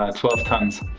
ah twelve tons.